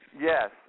Yes